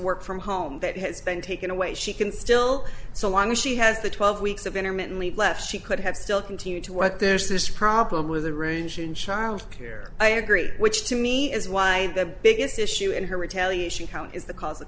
work from home that has been taken away she can still so long as she has the twelve weeks of intermittently left she could have still continue to work there's this problem with a range in childcare i agree which to me is why the biggest issue in her retaliation is the caus